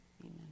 Amen